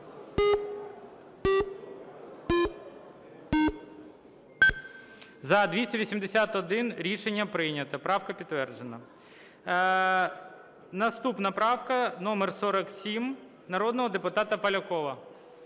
За-281 Рішення прийнято, правка підтверджена. Наступна правка - номер 47 народного депутата Полякова.